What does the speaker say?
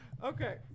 Okay